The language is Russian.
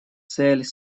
цель